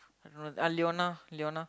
I don't know uh Leona Leona